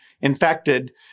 infected